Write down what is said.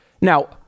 Now